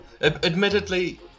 Admittedly